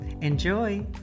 Enjoy